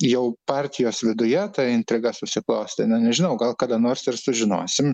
jau partijos viduje ta intriga susiklostė na nežinau gal kada nors ir sužinosim